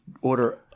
order